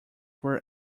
were